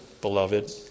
beloved